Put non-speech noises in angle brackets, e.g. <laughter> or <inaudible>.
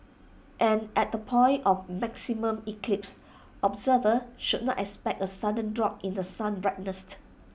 and at the point of maximum eclipse observers should not expect A sudden drop in the sun's <unintelligible>